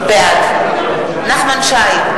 בעד נחמן שי,